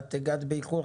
את הגעת באיחור.